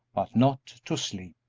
but not to sleep.